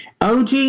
OG